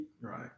Right